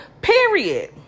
Period